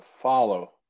follow